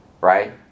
Right